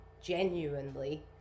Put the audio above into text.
genuinely